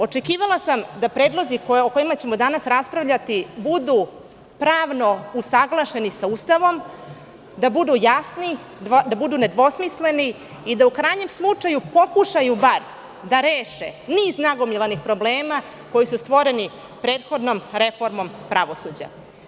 Očekivala sam da predlozi, o kojima ćemo danas raspravljati, budu pravno usaglašeni sa Ustavom, da budu jasni, da budu nedvosmisleni i da u krajnjem slučaju pokušaju bar da reše niz nagomilanih problema koji su stvoreni prethodnom reformom pravosuđa.